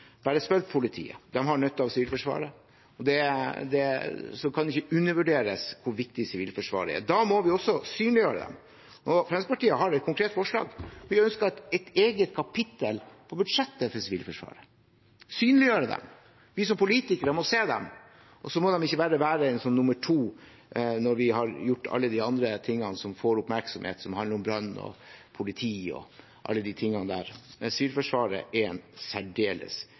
bare spørre politiet. De har nytte av Sivilforsvaret. Det kan ikke undervurderes hvor viktig Sivilforsvaret er. Da må vi også synliggjøre dem. Fremskrittspartiet har et konkret forslag. Det gjøres ved et eget kapittel i budsjettet for Sivilforsvaret. Vi må synliggjøre dem. Vi som politikere må se dem, og de må ikke bare være nummer to når vi har gjort alle de andre tingene som får oppmerksomhet, som handler om brann, politi og alle de tingene. Sivilforsvaret er en særdeles